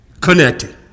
connected